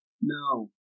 no